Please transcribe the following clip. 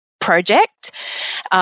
project